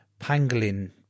pangolin